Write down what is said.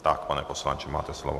Tak, pane poslanče, máte slovo.